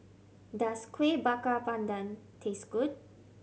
does Kueh Bakar Pandan taste good